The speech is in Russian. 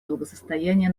благосостояние